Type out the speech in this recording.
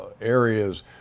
areas